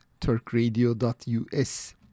turkradio.us